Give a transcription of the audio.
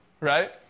Right